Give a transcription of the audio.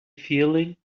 feeling